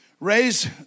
raise